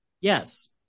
yes